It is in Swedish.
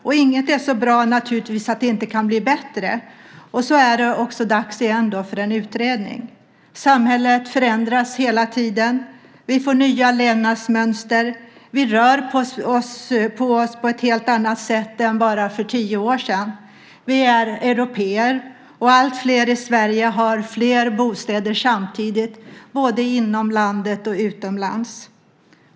Och inget är naturligtvis så bra att det inte kan bli bättre, och så är det dags igen för en utredning. Samhället förändras hela tiden. Vi får nya levnadsmönster. Vi rör på oss på ett helt annat sätt än bara för tio år sedan. Vi är européer. Alltfler i Sverige har fler bostäder samtidigt, både inom landet och utomlands.